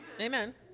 Amen